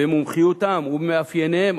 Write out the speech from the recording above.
במומחיותם ובמאפייניהם,